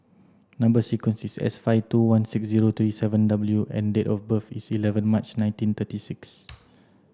number sequence is S five two one six zero three seven W and date of birth is eleven March nineteen thirty six